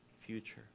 future